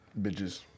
Bitches